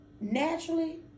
naturally